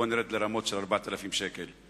בואו נרד לרמות של 4,000 שקל.